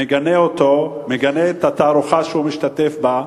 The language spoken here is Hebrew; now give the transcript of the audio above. מגנה אותו, מגנה את התערוכה שהוא משתתף בה,